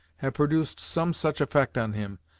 had produced some such effect on him,